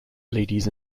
ladies